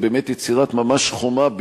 ובאמת יצירת ממש חומה,